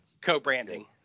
co-branding